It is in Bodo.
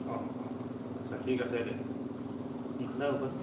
औ औ औ आदसा थिख आसे दे आं खोन्थाहरगोन